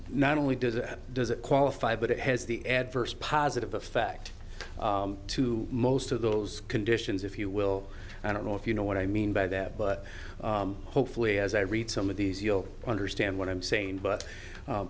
not only does it does it qualify but it has the adverse positive effect to most of those conditions if you will i don't know if you know what i mean by that but hopefully as i read some of these you'll understand what i'm saying but